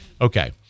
Okay